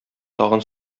тагын